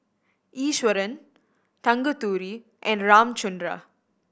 Iswaran Tanguturi and Ramchundra